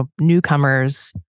newcomers